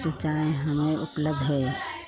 सूचनाएँ हमें उपलब्ध हैं